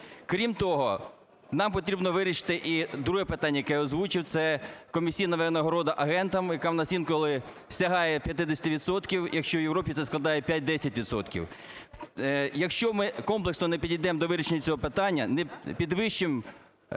Крім того, нам потрібно вирішити і друге питання, яке озвучив, це комісійна винагорода агентам, яка у нас інколи сягає 50 відсотків, якщо в Європі це складає 5-10 відсотків. Якщо ми комплексно не підійдемо до вирішення цього питання, не підвищимо